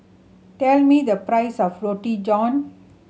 tell me the price of Roti John